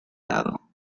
dado